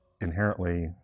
Inherently